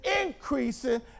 increasing